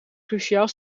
cruciaal